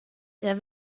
der